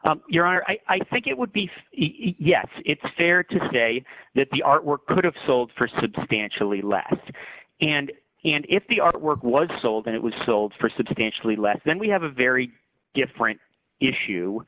know i think it would be yes it's fair to say that the artwork could have sold for substantially less and and if the artwork was sold and it was sold for substantially less then we have a very different issue